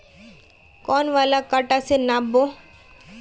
कौन वाला कटा से नाप बो?